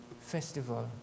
festival